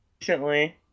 recently